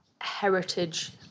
heritage